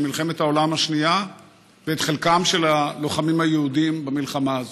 מלחמת העולם השנייה ואת חלקם של הלוחמים היהודים במלחמה הזאת,